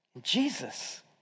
Jesus